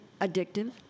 addictive